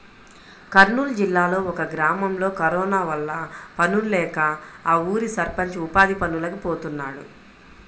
కర్నూలు జిల్లాలో ఒక గ్రామంలో కరోనా వల్ల పనుల్లేక ఆ ఊరి సర్పంచ్ ఉపాధి పనులకి పోతున్నాడు